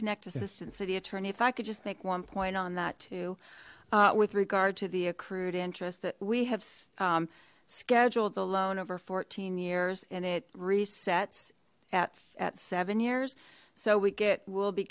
connect assistant city attorney if i could just make one point on that too with regard to the accrued interest that we have scheduled the loan over fourteen years and it resets at at seven years so we get we'll be